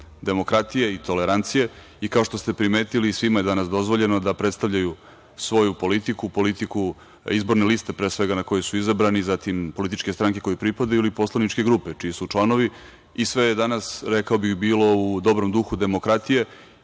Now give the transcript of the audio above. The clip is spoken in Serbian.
demokratije i tolerancije i, kao što ste primetili, svima je danas dozvoljeno da predstavljaju svoju politiku, politiku izborne liste, pre svega, na kojoj su izabrani, zatim političke stranke kojoj pripadaju ili poslaničke grupe čiji su članovi i sve je danas, rekao bih, bilo u dobrom duhu demokratije